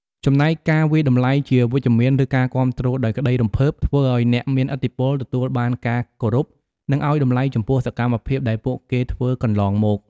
ចំណែកការវាយតម្លៃជាវិជ្ជមានឬការគាំទ្រដោយក្តីរំភើប ធ្វើឱ្យអ្នកមានឥទ្ធិពលទទួលបានការគោរព និងឲ្យតម្លៃចំពោះសម្មភាពដែលពួកគេធ្វើកន្លងមក។